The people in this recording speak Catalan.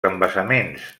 embassaments